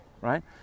right